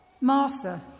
Martha